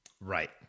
Right